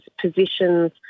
positions